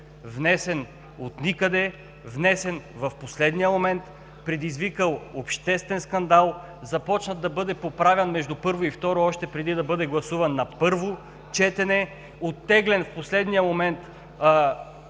Внесен отникъде, внесен в последния момент, предизвикал обществен скандал, започна да бъде поправян между първо и второ четене още преди да бъде гласуван на първо четене, в последния момент